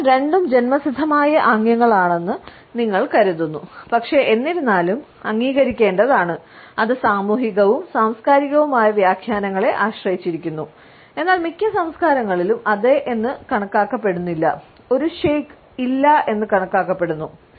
അതിനാൽ രണ്ടും ജന്മസിദ്ധമായ ആംഗ്യങ്ങളാണെന്ന് നിങ്ങൾ കരുതുന്നു പക്ഷേ എന്നിരുന്നാലും അംഗീകരിക്കേണ്ടതാണ് അത് സാമൂഹികവും സാംസ്കാരികവുമായ വ്യാഖ്യാനങ്ങളെ ആശ്രയിച്ചിരിക്കുന്നു എന്നാൽ മിക്ക സംസ്കാരങ്ങളിലും അതെ എന്ന് കണക്കാക്കപ്പെടുന്നില്ല ഒരു ഷെയ്ക്ക് 'ഇല്ല' എന്ന് കണക്കാക്കപ്പെടുന്നു